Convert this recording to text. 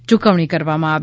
યૂકવણી કરવામાં આવી